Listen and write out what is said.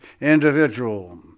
individual